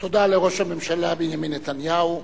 תודה לראש הממשלה בנימין נתניהו.